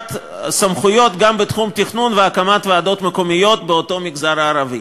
העברת הסמכויות גם בתחום תכנון והקמת ועדות מקומיות באותו מגזר ערבי.